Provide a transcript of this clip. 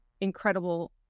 incredible